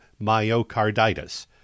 myocarditis